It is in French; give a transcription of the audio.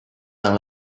dans